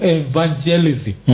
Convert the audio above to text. evangelism